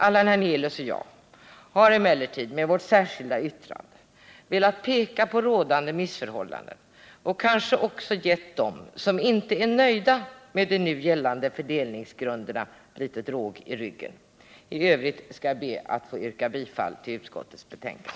Allan Hernelius och jag har emellertid med vårt särskilda yttrande velat peka på de rådande missförhållandena och kanske också ge dem som inte är nöjda med de nu gällande fördelningsgrunderna litet råg i ryggen. I övrigt ber jag att få yrka bifall till utskottets hemställan.